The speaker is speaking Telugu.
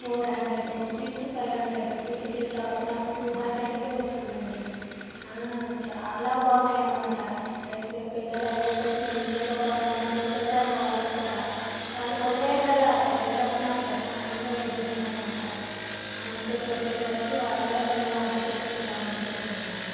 four hundred rupees five hundred rupees ఉండే టాపు నాకు టూ హండ్రెడ్కే వచ్చిందండి చాలా బాగున్నాయి అనమాట అయితే పిల్లలు అడిగేసరికి మీషోలో కొన్నాను అని చెప్పేశాను వాళ్ళకూడా వాళ్ళు పొగిడారు కదా పొగిడేసరికి నాకేమో ఆనందం వేసేసింది అనమాట చెప్పేసే సరికి వాళ్ళు కూడా మేము ఆర్డర్ పెట్టుకుంటాం ఆంటీ అన్నారు